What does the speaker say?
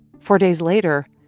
four days later,